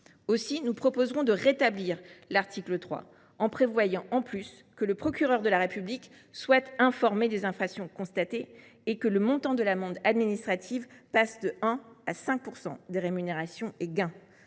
Aussi proposerons nous de rétablir l’article 3, en prévoyant, en plus, que le procureur de la République soit informé des infractions constatées et que le montant de l’amende administrative passe de 1 % à 5 % des rémunérations et gains.